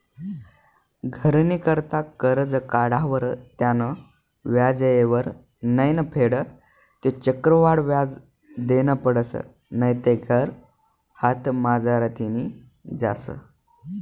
घरनी करता करजं काढावर त्यानं व्याज येयवर नै फेडं ते चक्रवाढ व्याज देनं पडसं नैते घर हातमझारतीन जास